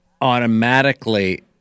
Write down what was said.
automatically